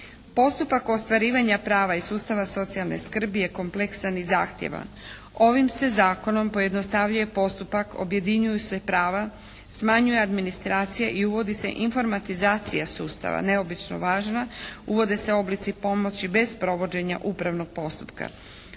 Postupak ostvarivanja prava iz sustava socijalne skrbi je kompleksan i zahtjevan. Ovim se zakonom pojednostavljuje postupak, objedinjuju se prava, smanjuje administracija i uvodi se informatizacija sustava, neobično važna, uvode se oblici pomoći bez provođenja upravnog postupka.